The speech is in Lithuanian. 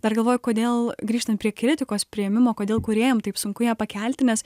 dar galvoju kodėl grįžtant prie kritikos priėmimo kodėl kūrėjam taip sunku ją pakelti nes